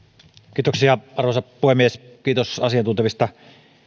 kiitoksia arvoisa puhemies kiitos asiantuntevista